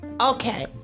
Okay